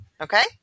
Okay